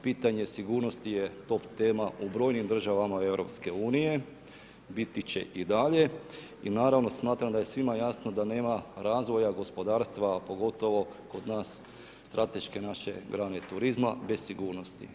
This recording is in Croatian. Pitanje sigurnosti je top tema u brojnim državama europske unije, biti će i dalje i naravno, smatram da je svima jasno da nema razvoja gospodarstva, a pogotovo kod nas strateške naše grane turizma bez sigurnosti.